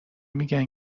میگن